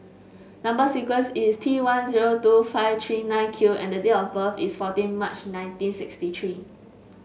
number sequence is T one zero two five three nine Q and date of birth is fourteen March nineteen sixty three